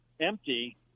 empty